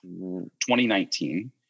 2019